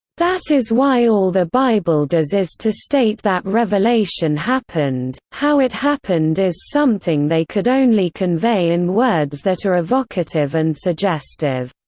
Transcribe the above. that is why all the bible does is to state that revelation happened. how it happened happened is something they could only convey in words that are evocative and suggestive.